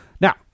Now